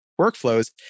workflows